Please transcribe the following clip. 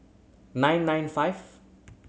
nine nine five